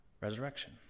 Resurrection